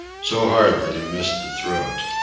so hard that he missed the throat.